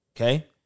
Okay